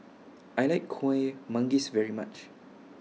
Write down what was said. I like Kuih Manggis very much